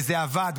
וזה עבד.